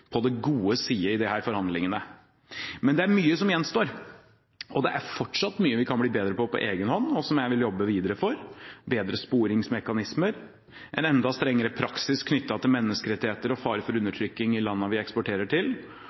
på den gode siden i disse forhandlingene. Men det er mye som gjenstår, og det er fortsatt mye vi kan bli bedre på på egenhånd, og som jeg vil jobbe videre for: bedre sporingsmekanismer, en enda strengere praksis knyttet til menneskerettigheter og fare for undertrykking i de landene vi eksporterer til.